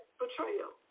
betrayal